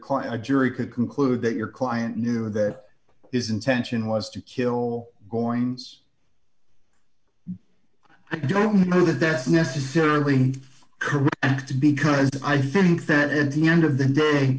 quite a jury could conclude that your client knew that is intention was to kill going i don't know that there is necessarily correct because i think that at the end of the day